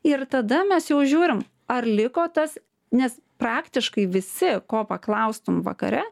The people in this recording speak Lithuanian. ir tada mes jau žiūrim ar liko tas nes praktiškai visi ko paklaustum vakare